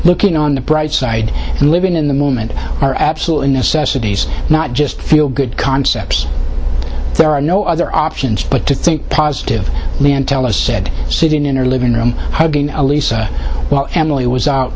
looking on the bright side and living in the moment are absolutely necessities not just feel good concepts there are no other options but to think positive liane tell us said sitting in her living room hugging elise while family was